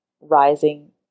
rising